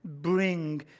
bring